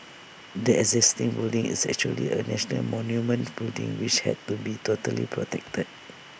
the existing building is actually A national monument building which had to be totally protected